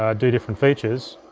ah do different features,